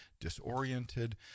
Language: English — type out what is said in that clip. disoriented